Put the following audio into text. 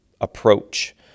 approach